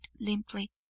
limply